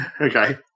Okay